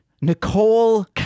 Nicole